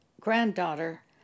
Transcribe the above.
granddaughter